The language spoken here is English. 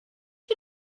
you